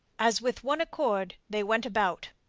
as with one accord they went about,